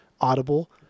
audible